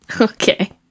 Okay